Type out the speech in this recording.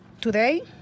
today